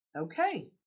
Okay